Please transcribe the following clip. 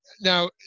Now